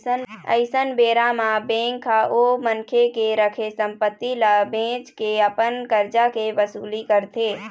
अइसन बेरा म बेंक ह ओ मनखे के रखे संपत्ति ल बेंच के अपन करजा के वसूली करथे